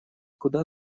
куда